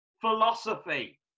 philosophy